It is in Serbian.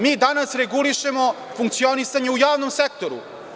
Mi danas regulišemo funkcionisanje u javnom sektoru.